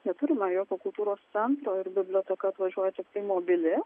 neturime jokio kultūros centro ir biblioteka atvažiuoja tiktai mobili